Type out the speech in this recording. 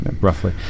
Roughly